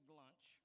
lunch